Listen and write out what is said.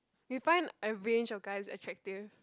you find a range of guys attractive